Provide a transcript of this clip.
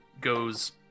goes